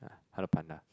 Hello Panda